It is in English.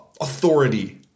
authority